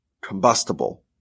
combustible